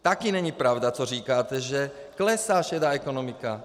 Taky není pravda, co říkáte, že klesá šedá ekonomika.